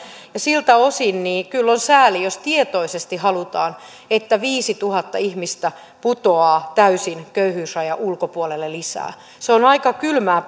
ja siltä osin kyllä on sääli jos tietoisesti halutaan että viisituhatta ihmistä lisää putoaa täysin köyhyysrajan ulkopuolelle se on aika kylmää